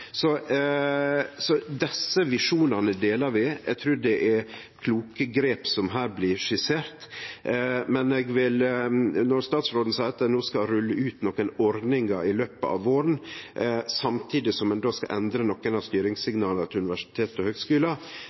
Desse visjonane deler vi. Eg trur det er kloke grep som her blir skisserte. Når statsråden seier at ein skal rulle ut nokre ordningar i løpet av våren, samtidig som ein skal endre nokre av styringssignala til universitet og høgskular,